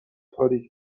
تاریک